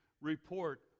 report